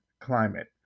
climate